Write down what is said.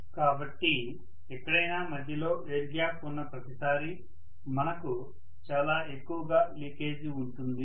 కాబట్టి ఎక్కడైనా మధ్యలో ఎయిర్ గ్యాప్ ఉన్న ప్రతిసారి మనకు చాలా ఎక్కువగా లీకేజీ ఉంటుంది